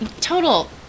total